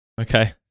Okay